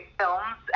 films